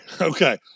okay